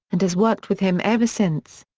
and has worked with him ever since.